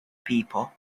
people